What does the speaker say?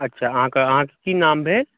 अच्छा अहाँकेँ अहाँकेँ की नाम भेल